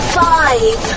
five